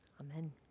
Amen